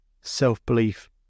self-belief